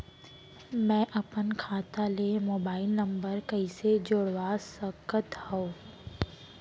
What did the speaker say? मैं अपन खाता ले मोबाइल नम्बर कइसे जोड़वा सकत हव?